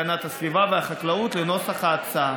הגנת הסביבה והחקלאות לנוסח ההצעה.